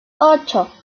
ocho